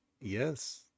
Yes